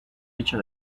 bicho